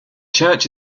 church